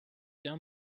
down